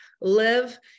live